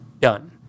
Done